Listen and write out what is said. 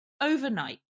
overnight